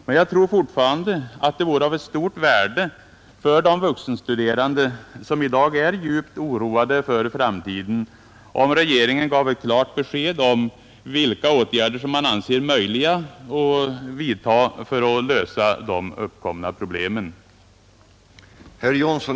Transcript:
Jag tror emellertid fortfarande att det vore av stort värde för de vuxenstuderande, som i dag är djupt oroade för framtiden, om regeringen gav ett klart besked om vilka åtgärder som man anser möjliga att vidtaga för att lösa de uppkomna problemen.